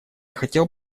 хотел